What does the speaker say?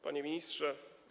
Panie Ministrze!